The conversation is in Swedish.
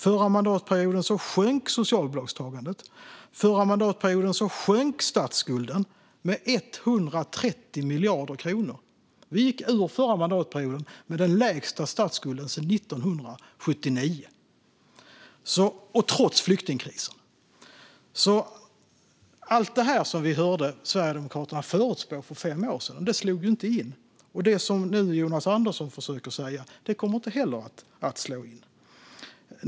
Förra mandatperioden sjönk socialbidragstagandet. Förra mandatperioden sjönk statsskulden med 130 miljarder kronor. Vi gick ur förra mandatperioden med den lägsta statsskulden sedan 1979. Så var det trots flyktingkrisen. Inget av det som vi hörde Sverigedemokraterna förutspå för fem år sedan slog alltså in. Det som Jonas Andersson nu försöker säga kommer inte heller att slå in.